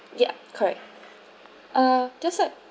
yup correct uh just to